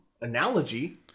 analogy